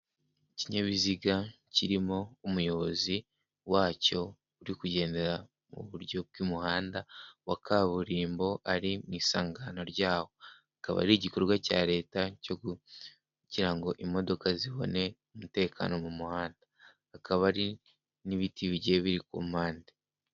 Ikinyabiziga kirimo umuyobozi wacyo uri kugendera mu buryo bw'umuhanda wa kaburimbo, ari mu isangano rya wo, akaba ari igikorwa cya leta cyo kugira ngo imodoka zibone umutekano mu muhanda. Hakaba hari n'ibiti bigiye biri ku mpande.